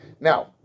Now